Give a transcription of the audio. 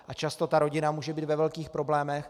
A často rodina může být ve velkých problémech.